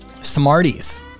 Smarties